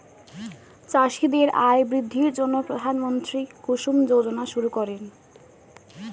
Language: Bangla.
চাষীদের আয় বৃদ্ধির জন্য প্রধানমন্ত্রী কুসুম যোজনা শুরু করেন